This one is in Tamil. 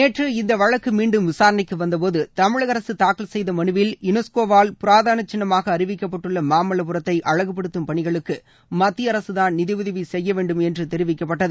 நேற்று இந்த வழக்கு மீண்டும் விசாரணைக்கு வந்தபோது தமிழக அரசு தாக்கல் செய்த மனுவில் யுனெஸ்கோவால் புராதன சின்னமாக அறிவிக்கப்பட்டுள்ள மாமல்லபுரத்தை அழகுபடுத்தும் பணிகளுக்கு மத்திய அரசுதான் நிதியுதவி செய்ய வேண்டும் என்று தெரிவிக்கப்பட்டது